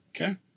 Okay